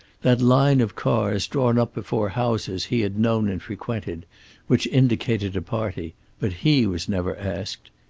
that line of cars drawn up before houses he had known and frequented which indicated a party, but he was never asked.